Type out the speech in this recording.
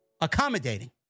accommodating